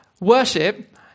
worship